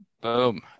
Boom